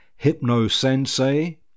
hypnosensei